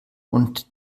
und